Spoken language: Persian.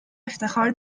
افتخار